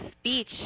speech